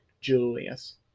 Julius